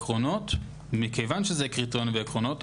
כיוון שזה קריטריונים ועקרונות,